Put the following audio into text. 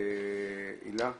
הילה חדד.